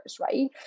right